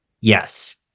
Yes